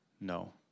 No